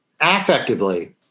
affectively